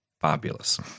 fabulous